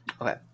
okay